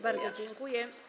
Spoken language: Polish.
Bardzo dziękuję.